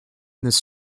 this